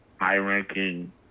high-ranking